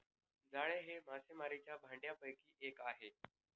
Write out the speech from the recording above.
जाळे हे मासेमारीच्या भांडयापैकी एक आहे